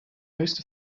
most